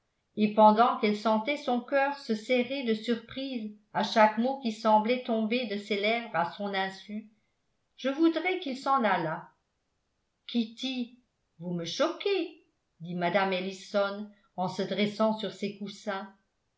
et pendant qu'elle sentait son cœur se serrer de surprise à chaque mot qui semblait tomber de ses lèvres à son insu je voudrais qu'il s'en allât kitty vous me choquez dit mme ellison en se dressant sur ses coussins